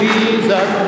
Jesus